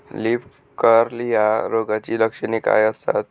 Leaf curl या रोगाची लक्षणे काय असतात?